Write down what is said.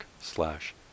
slash